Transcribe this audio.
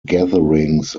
gatherings